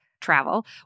travel